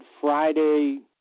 Friday